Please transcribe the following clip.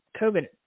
COVID